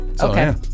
okay